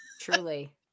Truly